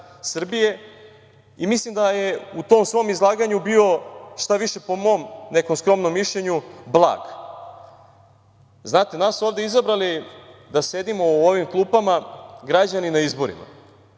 Mislim da je u tom svom izlaganju bio, šta više, po mom nekom skromnom mišljenju, blag. Znate, nas su ovde izabrali da sedimo u ovim klupama građani na izborima.